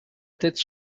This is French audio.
tête